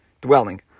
dwelling